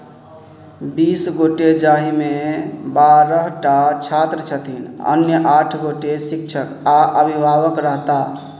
बीस गोटे जाहिमे बारह टा छात्र छथिन अन्य आठ गोटे शिक्षक आ अभिभावक रहता